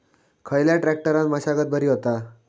खयल्या ट्रॅक्टरान मशागत बरी होता?